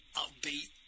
upbeat